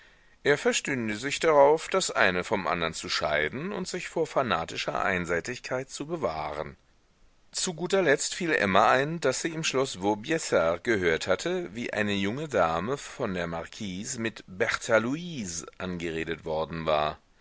er verstünde sich darauf das eine vom andern zu scheiden und sich vor fanatischer einseitigkeit zu bewahren zu guter letzt fiel emma ein daß sie im schloß vaubyessard gehört hatte wie eine junge dame von der marquise mit berta luise angeredet worden war